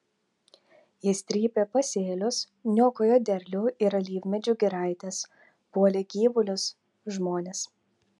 jis trypė pasėlius niokojo derlių ir alyvmedžių giraites puolė gyvulius žmones